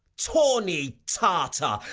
tawny tartar,